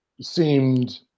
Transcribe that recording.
seemed